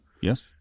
yes